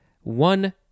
one